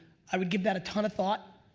i would give that a ton of thought.